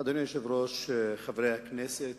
אדוני היושב-ראש, חברי הכנסת,